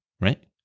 right